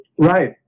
Right